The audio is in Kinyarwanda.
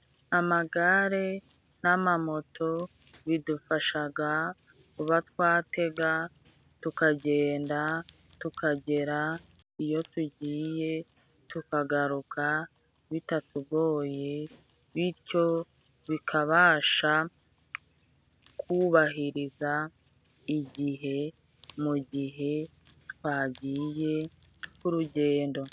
Amagare n'amamoto bidufashaga kuba twatega tukagenda, tukagera iyo tugiye tukagaruka bitatugoye, bityo bikabasha kubahiriza igihe mu gihe twagiye k'urugendo.